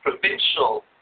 provincial